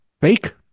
fake